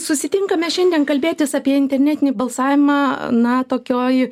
susitinkame šiandien kalbėtis apie internetinį balsavimą na tokioj